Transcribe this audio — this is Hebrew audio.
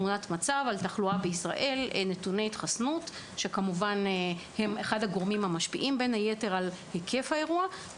נתוני ההתחסנות הם הגורם המשפיע ביותר על היקף האירוע.